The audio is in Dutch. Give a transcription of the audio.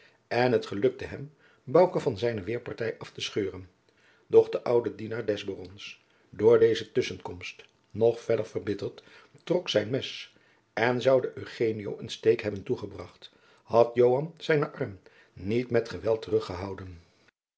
en het gelukte hem bouke van zijne weêrpartij af te scheuren doch de oude dienaar des barons door deze tusschenkomst nog feller verbitterd trok zijn mes en zoude eugenio een steek hebben toegebracht had joan zijnen arm niet met geweld teruggehouden